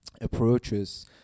approaches